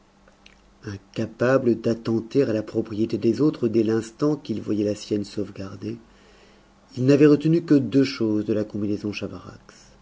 incapable d'attenter à la propriété des autres dès l'instant qu'il voyait la sienne sauvegardée il n'avait retenu que deux choses de la combinaison chavarax